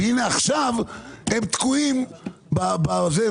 הנה עכשיו הם תקועים בזה,